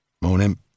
Morning